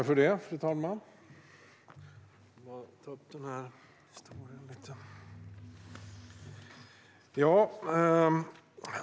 Fru talman!